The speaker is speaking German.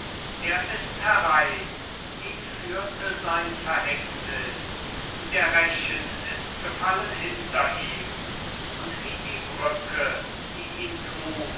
er ist herein ihn führte sein verhängnis der rechen ist gefallen hinter ihm und wie die brücke die ihn trug